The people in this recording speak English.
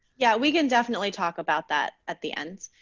yeah, we can definitely talk about that at the end.